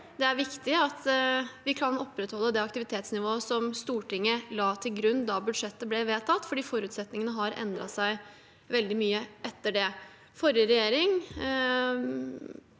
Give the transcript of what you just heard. Det er viktig at vi kan opprettholde det aktivitetsnivået som Stortinget la til grunn da budsjettet ble vedtatt, for forutsetningene har endret seg veldig mye etter det. Forrige regjering